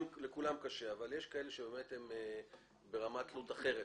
לכולם קשה אבל יש כאלה שבאמת הם ברמת תלות אחרת,